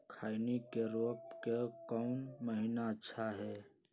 खैनी के रोप के कौन महीना अच्छा है?